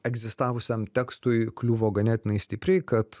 egzistavusiam tekstui kliuvo ganėtinai stipriai kad